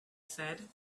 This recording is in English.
said